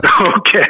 Okay